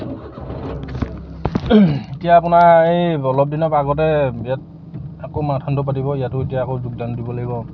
এতিয়া আপোনাৰ এই অলপ দিনৰ আগতে ইয়াত আকৌ মাৰাথন দৌৰ পাতিব ইয়াতো এতিয়া আকৌ যোগদান দিব লাগিব